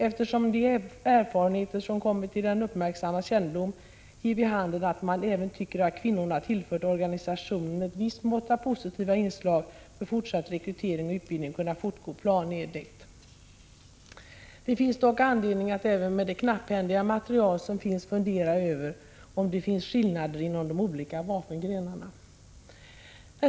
Eftersom de erfarenheter som kommit till den uppmärksammes kännedom ger vid handen att man även tycker att kvinnorna tillfört organisationen ett visst mått av positiva inslag, bör fortsatt rekrytering och utbildning kunna fortgå planenligt. Det finns dock anledning att även med det knapphändiga material som föreligger fundera över om det finns skillnader inom de olika vapengrenarna.